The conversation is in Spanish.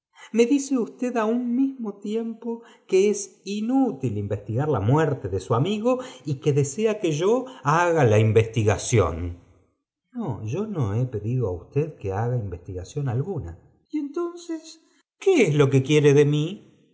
me dice usted á un mismo tiempo pué es inútil investigar la muerte de su amigo y pque desea que yo haga la investigación no he pedido á usted que haga investigaroión alguna y entonces qué es lo que quiere de mí